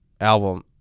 album